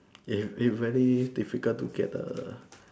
it's it's very difficult to get the